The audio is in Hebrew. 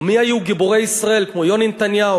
ומי היו גיבורי ישראל כמו יוני נתניהו,